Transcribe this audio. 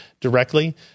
directly